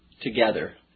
together